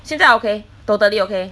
现在 okay totally okay